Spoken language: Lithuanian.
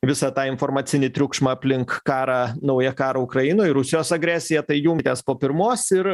visą tą informacinį triukšmą aplink karą naują karą ukrainoj rusijos agresiją tai junkitės po pirmos ir